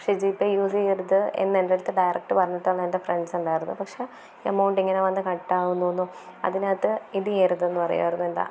പക്ഷെ GPay use ചെയ്യരുത് എന്ന് എൻ്റെ അടുത്ത് ഡൈറെക്റ്റ് പറഞ്ഞിട്ടുള്ള എൻ്റെ ഫ്രണ്ട്സ് ഉണ്ടായിരുന്നു പക്ഷെ എമൗണ്ടിങ്ങനെ വന്ന് കട്ടാകുന്നു എന്നും അതിനകത്ത് ഇത് ചെയ്യരുതെന്ന് പറയുമായിരുന്നു എന്താ